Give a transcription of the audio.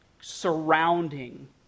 surrounding